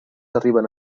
arriben